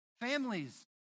families